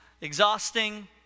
exhausting